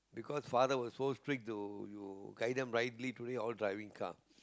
because father was so strict to guide them rightly so today all driving car